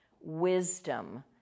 wisdom